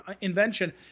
invention